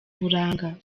uburanga